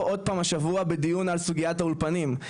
עוד פעם השבוע בדיון על סוגיית האולפנים,